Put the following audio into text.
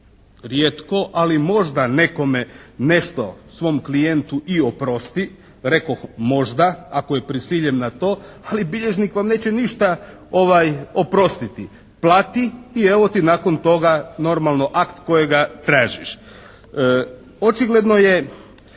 rijetko ali možda nekome nešto, svom klijentu, i oprosti. Rekoh možda, ako je prisiljen na to, ali bilježnik vam neće ništa oprostiti. Plati i evo ti nakon toga normalno akt kojega tražiš. Očigledno je